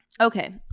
Okay